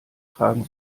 tragen